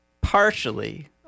Partially